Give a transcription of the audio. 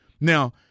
Now